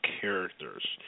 characters